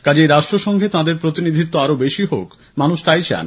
কাজেই রাষ্ট্রসংঘে তাঁদের প্রতিনিধিত্ব আরও বেশি হোক মানুষ তাই চান